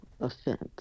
offense